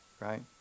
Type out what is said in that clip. right